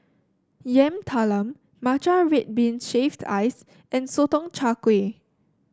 Yam Talam Matcha Red Bean Shaved Ice and Sotong Char Kway